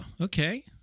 okay